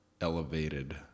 elevated